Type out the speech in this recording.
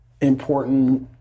important